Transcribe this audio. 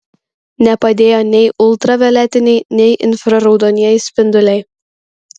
nepadėjo nei ultravioletiniai nei infraraudonieji spinduliai